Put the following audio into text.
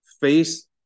Face